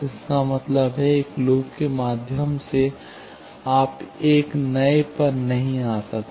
इसका मतलब है एक लूप के माध्यम से आप एक नए पर नहीं आ सकते